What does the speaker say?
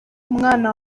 umwana